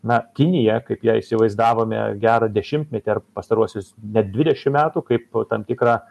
na kiniją kaip ją įsivaizdavome gerą dešimtmetį ar pastaruosius net dvidešim metų kaip tam tikrą